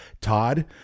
Todd